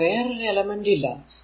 ഇവിടെ വേറൊരു എലമെന്റ് ഇല്ല